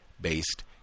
based